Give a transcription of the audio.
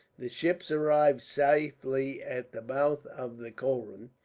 the ships arrived safely at the mouth of the kolrun,